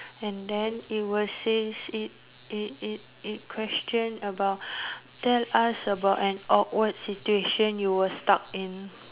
and then it will says it it it it question about tell us about an awkward situation you were stuck in